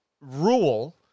rule